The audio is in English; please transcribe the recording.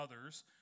others